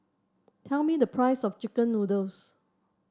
tell me the price of chicken noodles